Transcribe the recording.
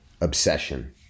Obsession